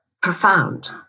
profound